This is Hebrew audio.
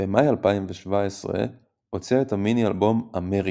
במאי 2017 הוציאה את המיני-אלבום "אמריקה",